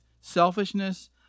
selfishness